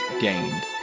Gained